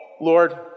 Lord